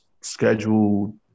Scheduled